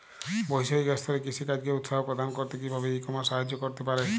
বৈষয়িক স্তরে কৃষিকাজকে উৎসাহ প্রদান করতে কিভাবে ই কমার্স সাহায্য করতে পারে?